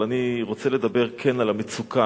אבל אני רוצה לדבר כן על המצוקה,